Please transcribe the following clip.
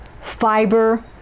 fiber